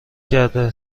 کرده